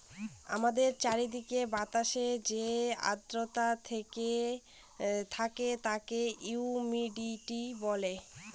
আমাদের চারিদিকের বাতাসে যে আদ্রতা থাকে তাকে হিউমিডিটি বলে